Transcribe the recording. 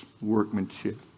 workmanship